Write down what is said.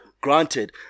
granted